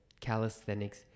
calisthenics